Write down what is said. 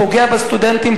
פוגע בסטודנטים,